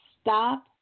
stop